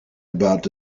about